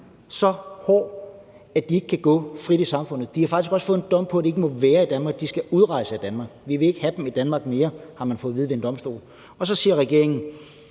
så hård, at de ikke kan gå frit i samfundet. De har faktisk fået en dom om, at de ikke må være i Danmark. De skal udrejse af Danmark. Vi vil ikke have dem i Danmark mere, har man fået at vide ved en domstol. Og så siger regeringen: